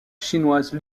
chinoise